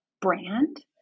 brand